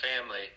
family